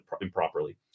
improperly